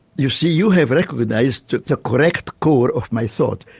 you see you have recognised the correct core of my thought.